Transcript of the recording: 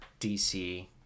DC